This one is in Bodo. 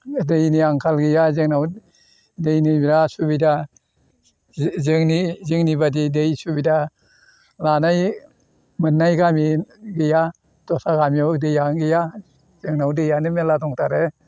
दैनि आंखाल गैया जोंनाव दैनि बेराद सुबिदा जो जोंनि जोंनि बादि दै सुबिदा लानाय मोन्नाय गामि गैया दस्रा गामियाव दैआनो गैया जोंनाव दैआनो मेरला दंथारो